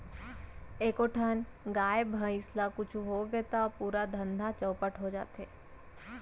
एको ठन गाय, भईंस ल कुछु होगे त पूरा धंधा चैपट हो जाथे